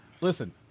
Listen